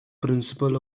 principle